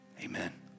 Amen